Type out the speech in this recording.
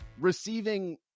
receiving